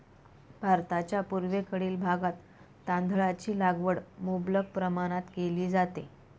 भारताच्या पूर्वेकडील भागात तांदळाची लागवड मुबलक प्रमाणात केली जाते